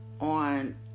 on